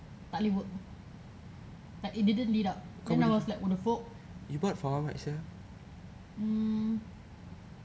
takleh work like it didn't light up then I was like what the fuck mm